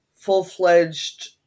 full-fledged